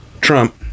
trump